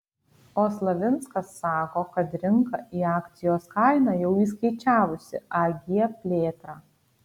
o slavinskas sako kad rinka į akcijos kainą jau įskaičiavusi ag plėtrą